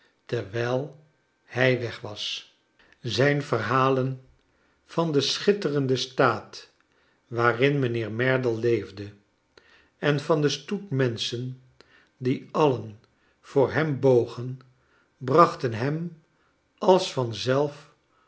terwijl hij weg was zijn verhalen van den schitterenden staat waarin mljnheer merdle leefde en van den stoet menschen die alien voor hem bogen brachten hem als